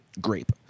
grape